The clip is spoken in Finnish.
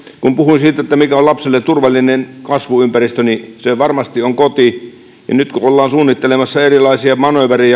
kun puhuin siitä mikä on lapselle turvallinen kasvuympäristö niin se varmasti on koti ja nyt kun ollaan suunnittelemassa erilaisia manööverejä